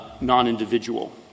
non-individual —